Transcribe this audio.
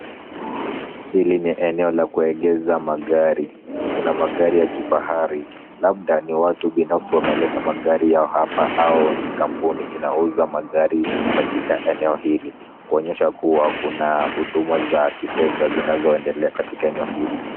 Hili ni eneo la kuegeza magari. Kuna magari ya kifahari labda ni watu binafsi wameleta magari yao hapa au ni kampuni inauza magari katika eneo hili. Kuonyesha kuwa kuna huduma za kifedha zinazoendelea katika eneo hili.